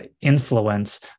influence